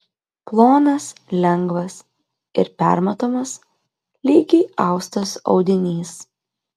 plonas lengvas ir permatomas lygiai austas audinys